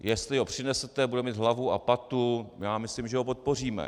Jestli ho přinesete, bude mít hlavu a patu, myslím, že ho podpoříme.